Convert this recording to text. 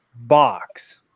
box